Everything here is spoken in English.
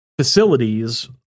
facilities